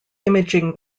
imaging